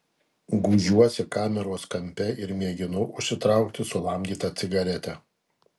gūžiuosi kameros kampe ir mėginu užsitraukti sulamdytą cigaretę